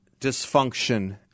dysfunction